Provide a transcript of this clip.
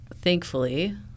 Thankfully